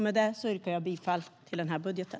Med det yrkar jag bifall till den här budgeten.